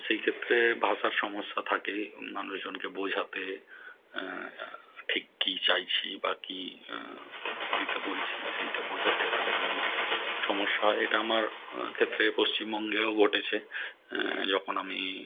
সেই ক্ষেত্রে ভাষার সমস্যা থাকে মানুষজনকে বোঝাতে ঠিক কী চাইছি বা কী দিতে বলছি সেইটা বোঝাতে একটা ভালোই সমস্যা হয় এটা আমার ক্ষেত্রে পশ্চিমবঙ্গেও ঘটেছে যখন আমি